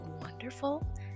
wonderful